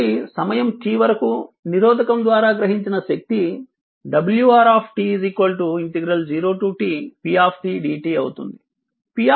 కాబట్టి సమయం t వరకు నిరోధకం ద్వారా గ్రహించిన శక్తి wR 0t p dt అవుతుంది